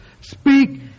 speak